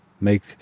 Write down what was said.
make